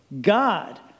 God